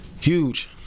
Huge